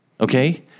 Okay